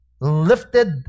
lifted